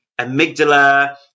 amygdala